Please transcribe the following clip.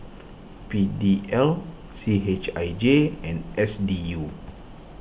P D L C H I J and S D U